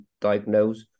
diagnose